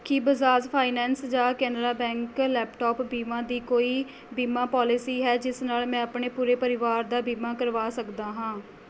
ਕੀ Bajaj finance ਜਾਂ Canara bank laptop ਬੀਮਾ ਦੀ ਕੋਈ ਬੀਮਾ ਪੋਲਿਸੀ ਹੈ ਜਿਸ ਨਾਲ਼ ਮੈਂ ਆਪਣੇ ਪੂਰੇ ਪਰਿਵਾਰ ਦਾ ਬੀਮਾ ਕਰਵਾ ਸਕਦਾ ਹਾਂ